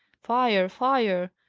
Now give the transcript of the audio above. fire! fire!